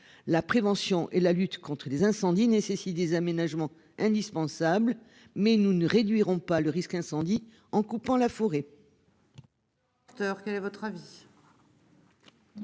La prévention et la lutte contre les incendies nécessite des aménagements indispensables mais nous ne réduirons pas le risque incendie en coupant la forêt.